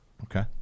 Okay